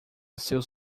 seus